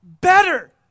better